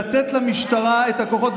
-- ולתת למשטרה את הכוחות.